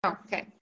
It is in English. Okay